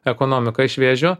ekonomiką iš vėžio